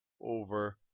over